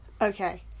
Okay